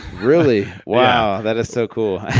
really? wow, that is so cool.